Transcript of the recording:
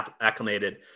acclimated